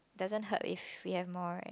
doesn't hurt if we have more right